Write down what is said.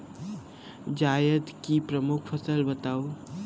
जायद की प्रमुख फसल बताओ